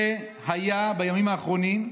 זה היה בימים האחרונים,